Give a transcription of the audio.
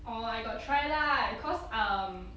orh I got try lah cause um